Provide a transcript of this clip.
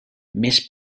més